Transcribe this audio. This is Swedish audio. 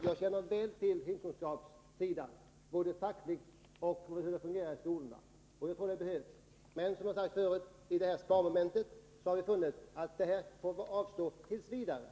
Jag känner väl till hemkunskapsämnet, både fackligt och hur det fungerar i skolorna. Men, som sagt, i den sparsituation vi befinner oss i har vi ansett att detta får anstå t. v.